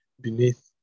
beneath